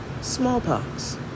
smallpox